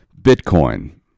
Bitcoin